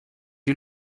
die